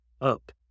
up